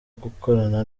gukorana